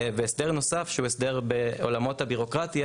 הסדר נוסף שהוא הסדר בעולמות הביורוקרטיה,